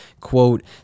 quote